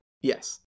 yes